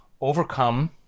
overcome